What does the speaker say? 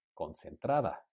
concentrada